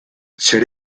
zer